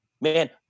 man